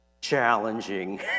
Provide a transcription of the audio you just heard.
challenging